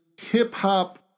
Hip-Hop